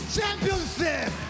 Championship